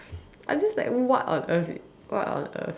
I'm just like what on earth what on earth